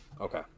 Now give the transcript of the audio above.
Okay